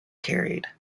carried